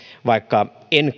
vaikka en